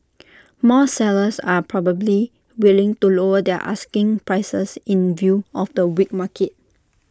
more sellers are probably willing to lower their asking prices in view of the weak market